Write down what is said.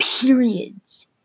periods